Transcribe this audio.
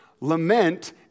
Lament